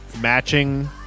matching